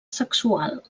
sexual